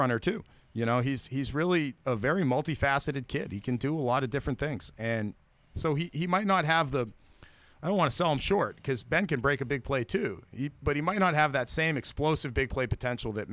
runner too you know he's really a very multifaceted kid he can do a lot of different things and so he might not have the i don't want to sell him short because ben can break a big play too but he might not have that same explosive big play potential that